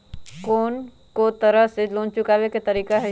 कोन को तरह से लोन चुकावे के तरीका हई?